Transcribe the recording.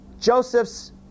Joseph's